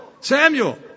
Samuel